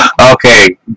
Okay